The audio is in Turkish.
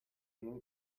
yeni